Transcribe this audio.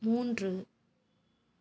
மூன்று